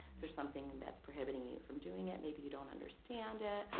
there something and that's prohibiting you from doing it? maybe you don't understand it.